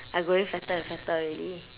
I'm growing fatter and fatter already